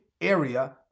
area